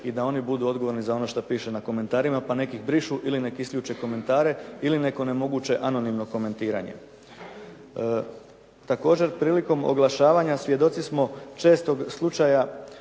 i da oni budu odgovorni za ono što piše na komentarima, pa nek' ih brišu ili nek' isključe komentare ili nek' onemoguće anonimno komentiranje. Također, prilikom oglašavanja svjedoci smo čestog slučaja